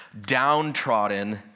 downtrodden